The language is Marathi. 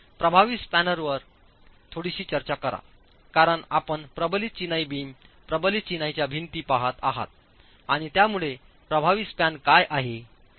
प्रभावी स्पॅनवर थोडीशी चर्चा करा कारण आपण प्रबलित चिनाई बीम प्रबलित चिनाईच्या भिंती पहात आहात आणि त्यामुळे प्रभावी स्पॅन काय आहे